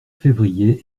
février